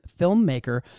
Filmmaker